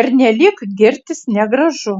pernelyg girtis negražu